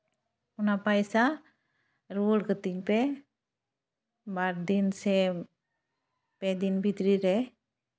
ᱚᱱᱟ ᱯᱚᱭᱥᱟ ᱨᱩᱣᱟᱹᱲ ᱠᱟᱹᱛᱤᱧ ᱯᱮ ᱵᱟᱨ ᱫᱤᱱ ᱥᱮ ᱯᱮ ᱫᱤᱱ ᱵᱷᱤᱛᱨᱤ ᱨᱮ